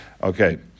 Okay